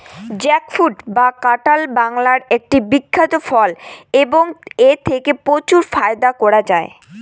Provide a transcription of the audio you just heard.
jackfruit বা কাঁঠাল বাংলার একটি বিখ্যাত ফল এবং এথেকে প্রচুর ফায়দা করা য়ায়